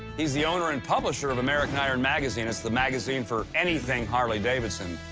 he's the owner and publisher of american iron magazine. it's the magazine for anything harley-davidson.